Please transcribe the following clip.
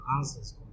answers